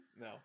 No